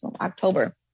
October